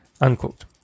Unquote